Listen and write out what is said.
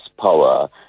power